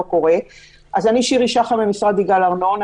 אני שירי שחם ממשרד יגאל ארנון.